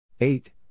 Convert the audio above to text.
Eight